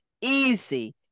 easy